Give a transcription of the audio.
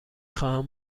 خواهم